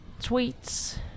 tweets